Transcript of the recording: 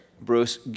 Bruce